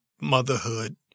motherhood